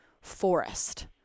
forest